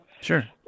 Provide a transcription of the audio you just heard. Sure